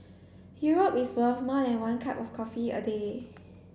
Europe is worth more than one cup of coffee a day